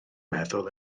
meddwl